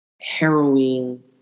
harrowing